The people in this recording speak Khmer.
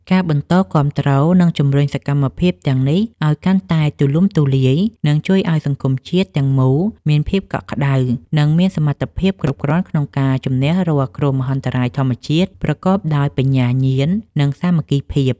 ការបន្តគាំទ្រ និងជំរុញសកម្មភាពទាំងនេះឱ្យកាន់តែទូលំទូលាយ នឹងជួយឱ្យសង្គមជាតិទាំងមូលមានភាពកក់ក្ដៅ និងមានសមត្ថភាពគ្រប់គ្រាន់ក្នុងការជម្នះរាល់គ្រោះមហន្តរាយធម្មជាតិ ប្រកបដោយបញ្ញាញាណ និងសាមគ្គីភាព។